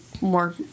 more